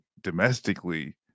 domestically